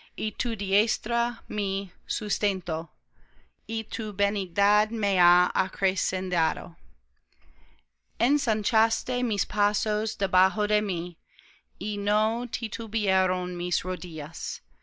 me sustentó y tu benignidad me ha acrecentado ensanchaste mis pasos debajo de mí y no titubearon mis rodillas